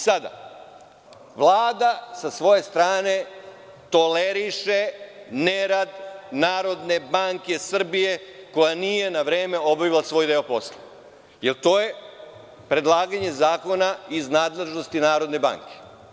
Sada, Vlada sa svoje strane toleriše nerad Narodne banke Srbije koja nije na vreme obavila svoj deo posla, jer to je predlaganje zakona iz nadležnosti Narodne banke.